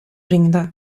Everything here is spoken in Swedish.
ringde